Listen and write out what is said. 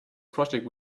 project